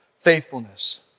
faithfulness